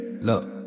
look